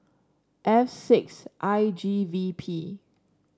F six I G V P